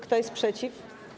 Kto jest przeciw?